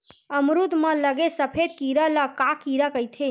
अमरूद म लगे सफेद कीरा ल का कीरा कइथे?